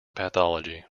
pathology